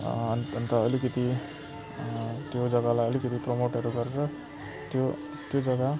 अन्त अलिकिति त्यो जगालाई अलिकति प्रमोटहरू गरेर त्यो त्यो जगा